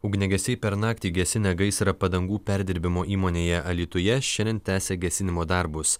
ugniagesiai per naktį gesinę gaisrą padangų perdirbimo įmonėje alytuje šiandien tęsia gesinimo darbus